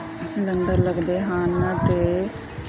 ਲੰਗਰ ਲੱਗਦੇ ਹਨ ਅਤੇ